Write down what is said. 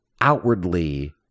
outwardly